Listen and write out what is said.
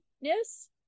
ness